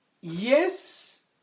Yes